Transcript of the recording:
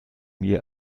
mir